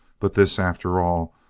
but this, after all,